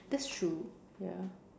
that's true ya